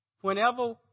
whenever